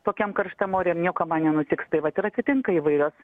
tokiam karštam ore ir nieko man nenutiks tai vat ir atsitinka įvairios